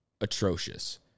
atrocious